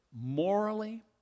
morally